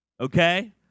okay